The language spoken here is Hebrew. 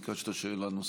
ביקשת שאלה נוספת.